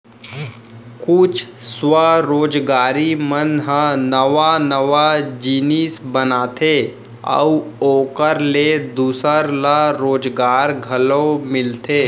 कुछ स्वरोजगारी मन ह नवा नवा जिनिस बनाथे अउ ओखर ले दूसर ल रोजगार घलो मिलथे